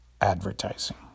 advertising